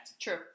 True